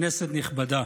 כנסת נכבדה,